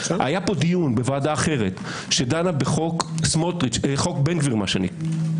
היה פה דיון בוועדה אחרת שדנה בחוק בן גביר מה שנקרא.